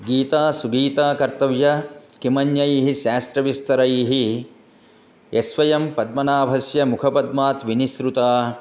गीता सुगीता कर्तव्य किमन्यैः शास्त्रैः विस्तरैः यस्वयं पद्मनाभस्य मुखपद्मात् विनिसृता